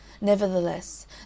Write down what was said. nevertheless